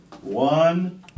one